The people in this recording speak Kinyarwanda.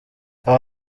aba